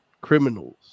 criminals